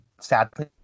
sadly